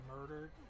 murdered